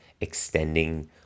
extending